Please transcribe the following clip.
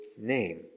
name